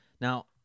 now